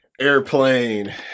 airplane